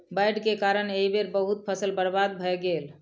बाइढ़ के कारण एहि बेर बहुत फसील बर्बाद भअ गेल